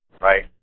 Right